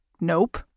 nope